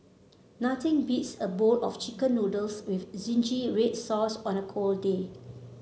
nothing beats a bowl of chicken noodles with red sauce on a cold day